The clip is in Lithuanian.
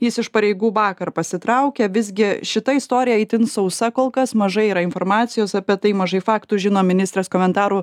jis iš pareigų vakar pasitraukė visgi šita istorija itin sausa kol kas mažai yra informacijos apie tai mažai faktų žino ministras komentarų